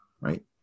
right